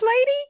lady